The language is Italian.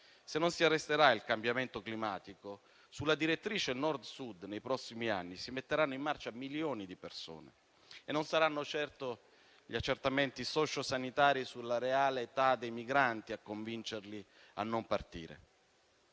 Se non si arresterà il cambiamento climatico, sulla direttrice Nord-Sud nei prossimi anni si metteranno in marcia milioni di persone. E non saranno certo gli accertamenti socio-sanitari sulla reale età dei migranti a convincerli a non partire.